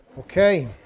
Okay